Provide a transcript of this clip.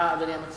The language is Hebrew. מה, אדוני המציע?